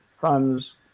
funds